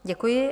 Děkuji.